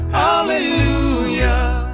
hallelujah